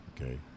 Okay